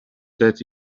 that